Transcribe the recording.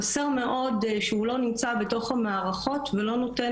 חסר מאוד שהוא לא נמצא בתוך המערכות ולא נותן